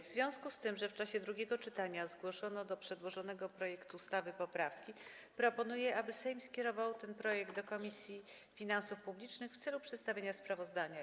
W związku z tym, że w czasie drugiego czytania zgłoszono do przedłożonego projektu ustawy poprawki, proponuję, aby Sejm skierował ten projekt do Komisji Finansów Publicznych w celu przedstawienia sprawozdania.